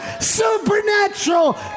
supernatural